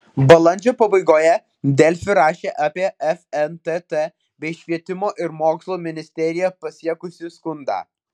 balandžio pabaigoje delfi rašė apie fntt bei švietimo ir mokslo ministeriją pasiekusį skundą